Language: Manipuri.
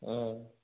ꯎꯝ